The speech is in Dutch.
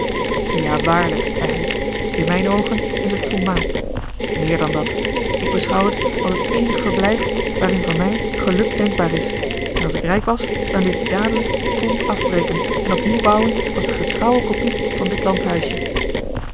ja waarlijk zei hij in mijn oogen is het volmaakt méér dan dat ik beschouw het als het eenig verblijf waarin voor mij geluk denkbaar is en als ik rijk was dan liet ik dadelijk combe afbreken en opnieuw bouwen als de getrouwe kopie van dit